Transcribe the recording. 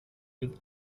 with